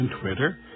Twitter